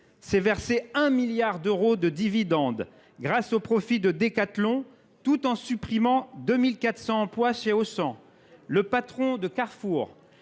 s’est versé 1 milliard d’euros de dividendes grâce aux profits de Décathlon, tout en supprimant 2 400 emplois chez Auchan… Le patron de Carrefour,